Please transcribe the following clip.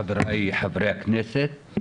חבריי חברי הכנסת,